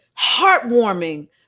heartwarming